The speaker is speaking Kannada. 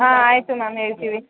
ಹಾಂ ಆಯಿತು ಮ್ಯಾಮ್ ಹೇಳ್ತೀವಿ